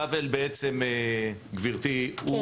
פבל